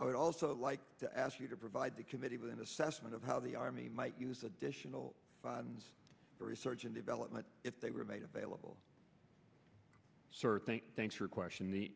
i would also like to ask you to provide the committee with an assessment of how the army might use additional funds for research and development if they were made available sir thanks for a question the